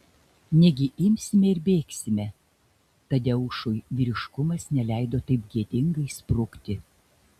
negi imsime ir bėgsime tadeušui vyriškumas neleido taip gėdingai sprukti